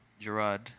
Gerard